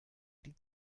die